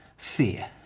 fear.